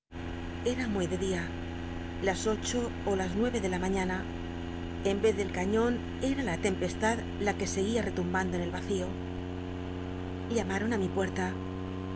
era muy de dia las ocho ó las nueve de la mañana en vez del cañon cm la tempestad la que seguía retumbando en el vacío llamaron mi puerta